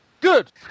Good